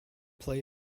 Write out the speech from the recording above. play